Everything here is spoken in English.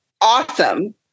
awesome